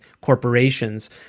corporations